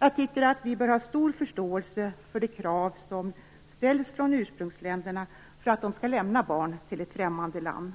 Jag tycker att vi bör ha stor förståelse för de krav som ställs från ursprungsländerna för att de skall lämna sina barn till främmande land.